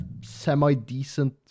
semi-decent